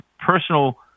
personal